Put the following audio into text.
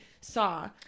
saw